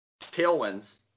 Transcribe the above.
Tailwinds